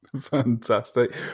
fantastic